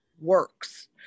works